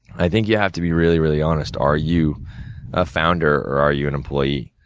i think you have to be really, really honest, are you a founder, or are you an employee?